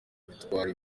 bitwara